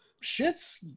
shit's